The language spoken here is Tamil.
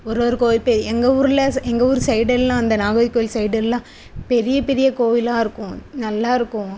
ஒரு ஒரு கோ இப்போ எங்கள் ஊரில் செ எங்கள் ஊர் சைடெல்லாம் அந்த நாகர்கோவில் சைடெல்லாம் பெரிய பெரிய கோவிலாக இருக்கும் நல்லா இருக்கும்